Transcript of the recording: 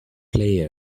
play